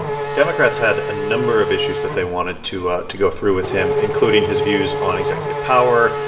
democrats had a number of issues that they wanted to ah to go through with him, including his views on executive power,